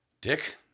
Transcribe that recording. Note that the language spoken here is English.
Dick